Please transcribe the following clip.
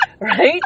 right